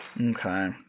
okay